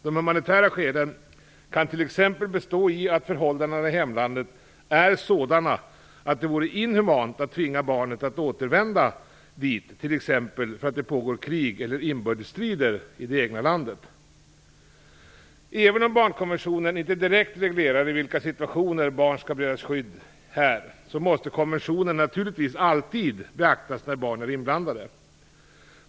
De humanitära skälen kan t.ex. bestå i att förhållandena i hemlandet är sådana att det vore inhumant att tvinga barnet att återvända dit, t.ex. därför att det pågår krig eller inbördesstrider i det egna landet. Även om barnkonventionen inte direkt reglerar i vilka situationer barn skall beredas skydd här, måste konventionen naturligtvis alltid beaktas när barn är inblandade.